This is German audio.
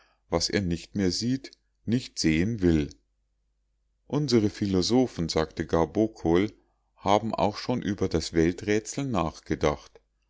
was er nicht mehr sieht nicht sehen will unsere philosophen sagte gabokol haben auch schon über das welträtsel nachgedacht